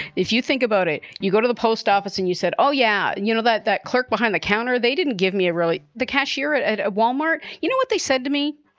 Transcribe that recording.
if you think about it, you go to the post office and you said, oh, yeah, you know, that that clerk behind the counter, they didn't give me a really. the cashier at at ah wal-mart. you know what they said to me?